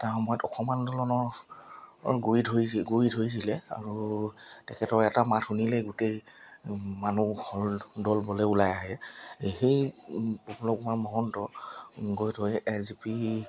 এটা সময়ত অসম আন্দোলনৰ গুৰি ধৰিছিল গুৰি ধৰিছিলে আৰু তেখেতৰ এটা মাত শুনিলেই গোটেই মানুহ ঘৰ দলবলে ওলাই আহে সেই প্ৰফুল্ল মহন্ত গৈ থৈ এ জি পি